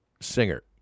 singer